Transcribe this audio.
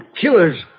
killers